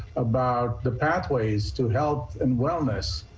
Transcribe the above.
about the pathways to health and wellness,